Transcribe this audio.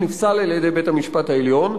שנפסל על-ידי בית המשפט העליון,